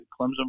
Clemson